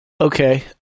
Okay